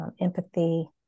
empathy